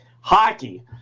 Hockey